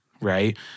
right